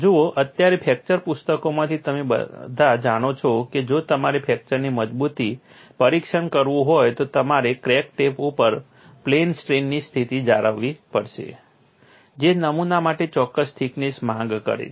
જુઓ અત્યારે ફ્રેક્ચર પુસ્તકોમાંથી તમે બધા જાણો છો કે જો તમારે ફ્રેક્ચરની મજબૂતી પરીક્ષણ કરવું હોય તો તમારે ક્રેક ટિપ ઉપર પ્લેન સ્ટ્રેઇનની સ્થિતિ જાળવવી પડશે જે નમૂના માટે ચોક્કસ થિકનેસ માંગ કરે છે